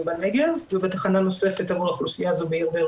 בנגב ובתחנה נוספת אל מול האוכלוסייה הזו בעיר באר